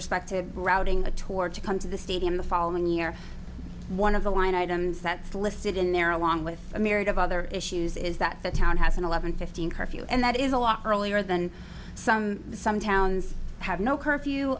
respect to routing a torch to come to the stadium the following year one of the line items that's listed in there along with a myriad of other issues is that the town has an eleven fifteen curfew and that is a lot earlier than some some towns have no curfew